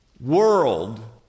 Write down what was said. world